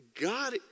God